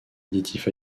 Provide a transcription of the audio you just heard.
additif